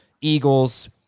Eagles